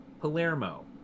Palermo